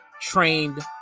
trained